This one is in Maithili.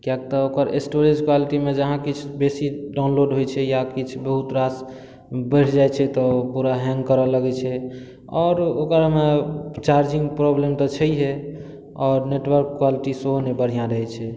किआक तऽ ओकर स्टोरेज क्वालिटीमे जहाँ किछु बेसी डाउनलोड होइ छै या किछु बहुत रास बढ़ि जाइ छै तऽ पूरा हैंग करऽ लगै छै आओर ओकरमे चार्जिंग प्रॉब्लम तऽ छैयै आओर नेटवर्क क्वालिटी सेहो नहि बढ़िऑं रहै छै